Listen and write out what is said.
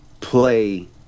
play